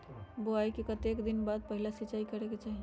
बोआई के कतेक दिन बाद पहिला सिंचाई करे के चाही?